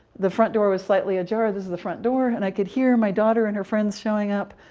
the front door was slightly ajar. this is the front door and i could hear my daughter and her friends showing up,